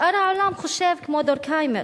שאר העולם חושב כמו דורקהיימר,